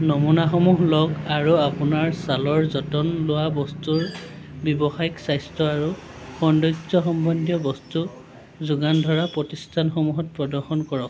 নমুনাসমূহ লওঁক আৰু আপোনাৰ ছালৰ যতন লোৱা বস্তুৰ ব্যৱসায়িক স্বাস্থ্য আৰু সৌন্দৰ্য্য সম্বন্ধীয় বস্তু যোগান ধৰা প্ৰতিষ্ঠানসমূহত প্ৰদৰ্শন কৰক